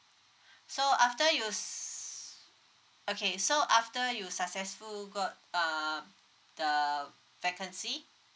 so after you s~ okay so after you successful got uh the vacancy